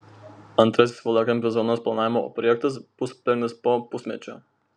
antrasis valakampių zonos planavimo projektas bus parengtas po pusmečio